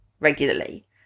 regularly